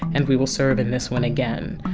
and we will serve in this one again.